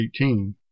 18